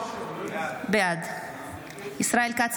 בעד ישראל כץ,